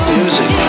music